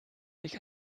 sich